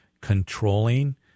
controlling